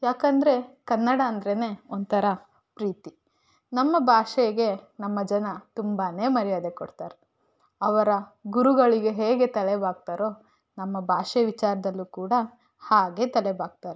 ಯಾಕಂದರೆ ಕನ್ನಡ ಅಂದ್ರೆ ಒಂಥರ ಪ್ರೀತಿ ನಮ್ಮ ಭಾಷೆಗೆ ನಮ್ಮ ಜನ ತುಂಬಾ ಮರ್ಯಾದೆ ಕೊಡ್ತಾರೆ ಅವರ ಗುರುಗಳಿಗೆ ಹೇಗೆ ತಲೆಬಾಗ್ತಾರೋ ನಮ್ಮ ಭಾಷೆ ವಿಚಾರದಲ್ಲೂ ಕೂಡ ಹಾಗೇ ತಲೆ ಬಾಗ್ತಾರೆ